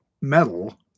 metal